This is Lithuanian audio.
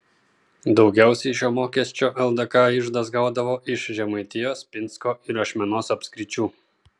daugiausiai šio mokesčio ldk iždas gaudavo iš žemaitijos pinsko ir ašmenos apskričių